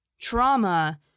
trauma